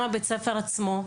גם בית ספר עצמו.